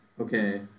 okay